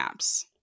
apps